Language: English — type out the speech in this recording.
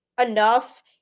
enough